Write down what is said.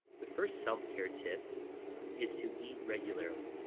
the first self-care tip is to eat regularly.